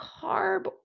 carb